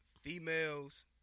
Females